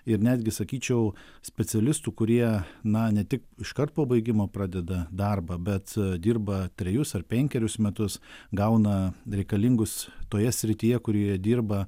ir netgi sakyčiau specialistų kurie na ne tik iškart po baigimo pradeda darbą bet dirba trejus ar penkerius metus gauna reikalingus toje srityje kurioje dirba